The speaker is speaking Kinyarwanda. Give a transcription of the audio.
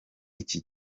iki